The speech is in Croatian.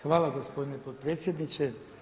Hvala gospodine potpredsjedniče.